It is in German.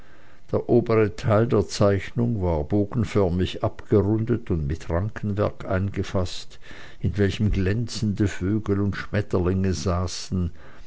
der obere teil der zeichnung war bogenförmig abgerundet und mit rankenwerk eingefaßt in welchem glänzende vögel und schmetterlinge saßen